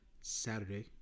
Saturday